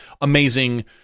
amazing